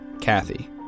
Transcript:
Kathy